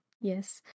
yes